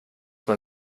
man